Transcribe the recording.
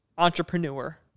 entrepreneur